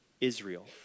Israel